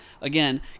again